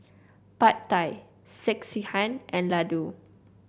Pad Thai Sekihan and Ladoo